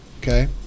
Okay